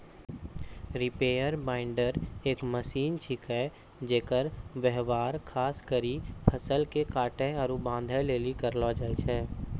reaper binder एक machine छिकै जेकर व्यवहार खास करी फसल के काटै आरू बांधै लेली करलो जाय छै